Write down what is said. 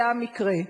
זה המקרה.